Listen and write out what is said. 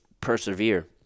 persevere